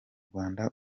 rwanda